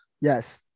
Yes